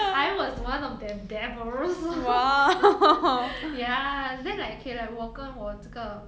I was one of them dabbers ya then like K like 我跟我这个